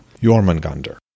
Jormungandr